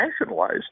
nationalized